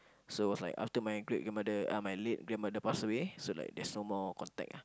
so was like after my great grandmother uh my late grandmother pass away so like there's no more contact lah